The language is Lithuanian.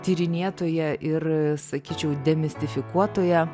tyrinėtoja ir sakyčiau demistifikuotoja